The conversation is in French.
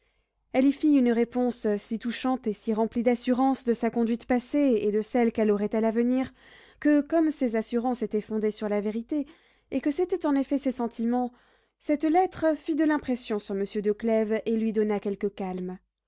elle y fit une réponse si touchante et si remplie d'assurances de sa conduite passée et de celle qu'elle aurait à l'avenir que comme ses assurances étaient fondées sur la vérité et que c'était en effet ses sentiments cette lettre fit de l'impression sur monsieur de clèves et lui donna quelque calme